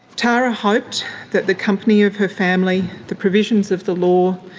tara hoped that the company of her family, the provisions of the law,